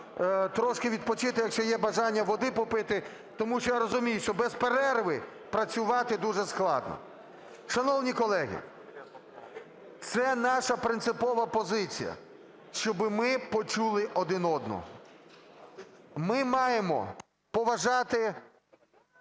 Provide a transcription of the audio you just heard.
трошки відпочити, якщо є бажання, води попити, тому що я розумію, що без перерви працювати дуже складно. Шановні колеги, це наша принципова позиція, щоб ми почули один одного. Ми маємо поважати